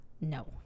No